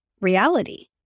reality